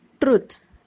truth